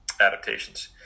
adaptations